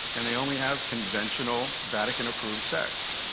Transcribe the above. and they only have conventional, vatican approved sex.